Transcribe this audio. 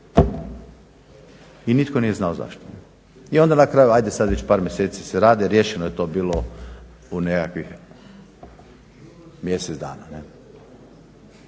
i nitko nije znao zašto. I onda na kraju hajde sad već par mjeseci se radi. Riješeno je to bilo u nekakvih mjesec dana,